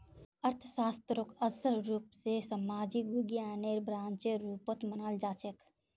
अर्थशास्त्रक असल रूप स सामाजिक विज्ञानेर ब्रांचेर रुपत मनाल जाछेक